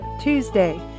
Tuesday